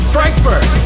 Frankfurt